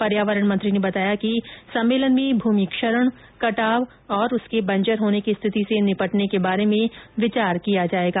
पर्यावरण मंत्री ने बताया कि सम्मेलन में भूमि क्षरण कटाव और उसके बंजर होने की स्थिति से निपटने के बारे में विचार किया जायेगा